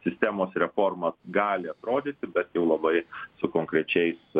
sistemos reforma gali atrodyti bet jau labai su konkrečiais